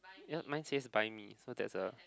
ya mine says buy me so that's a